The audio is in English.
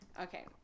okay